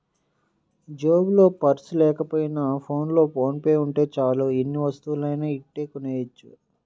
జేబులో పర్సు లేకపోయినా ఫోన్లో ఫోన్ పే ఉంటే చాలు ఎన్ని వస్తువులనైనా ఇట్టే కొనెయ్యొచ్చు